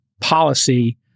policy